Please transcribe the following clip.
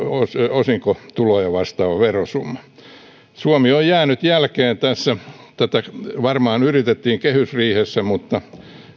osinkotuloja vastaava verosumma suomi on jäänyt jälkeen tässä tätä varmaan yritettiin kehysriihessä mutta